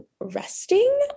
resting